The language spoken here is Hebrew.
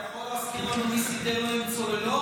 אתה יכול להזכיר לנו מי סידר להם צוללות?